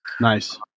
Nice